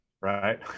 right